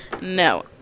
No